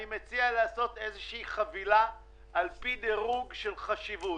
אני מציע לעשות איזו שהיא חבילה על פי דירוג של חשיבות.